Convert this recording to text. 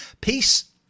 Peace